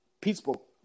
peaceful